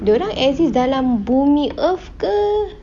dia orang exist dalam bumi earth ke